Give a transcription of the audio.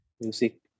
music